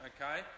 okay